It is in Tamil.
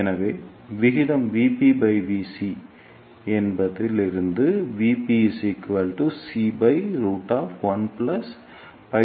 எனவே விகிதம்